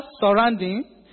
surrounding